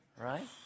right